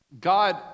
God